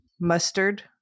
mustard